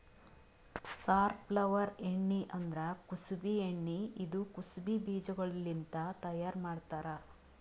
safflower ಎಣ್ಣಿ ಅಂದುರ್ ಕುಸುಬಿ ಎಣ್ಣಿ ಇದು ಕುಸುಬಿ ಬೀಜಗೊಳ್ಲಿಂತ್ ತೈಯಾರ್ ಮಾಡ್ತಾರ್